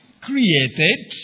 created